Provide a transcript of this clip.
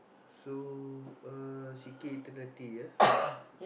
so uh C_K eternity ah